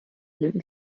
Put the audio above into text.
blinden